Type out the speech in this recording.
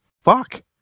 fuck